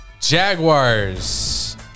Jaguars